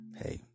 hey